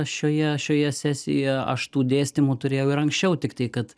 šioje šioje sesijoje aš tų dėstymu turėjau ir anksčiau tik tai kad